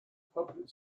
public